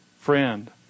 friend